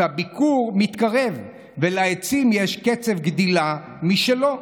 הביקור מתקרב ולעצים יש קצב גדילה משלהם.